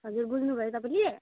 हजुर बुझ्नुभयो तपाईँले